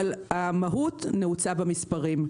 אבל המהות נעוצה במספרים.